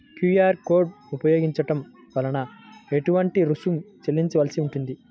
QR code ఉపయోగించటం వలన ఏటువంటి రుసుం చెల్లించవలసి ఉంటుంది?